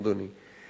אדוני,